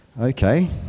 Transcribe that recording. Okay